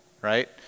Right